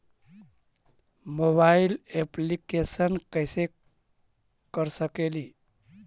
Mobile application कैसे कर सकेली?